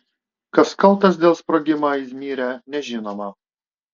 kas kaltas dėl sprogimą izmyre nežinoma